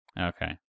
Okay